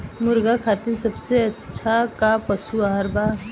मुर्गा खातिर सबसे अच्छा का पशु आहार बा?